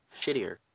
shittier